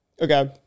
Okay